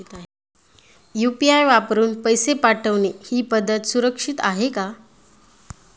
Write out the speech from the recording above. UPI वापरून पैसे पाठवणे ही पद्धत सुरक्षित आहे का?